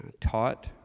taught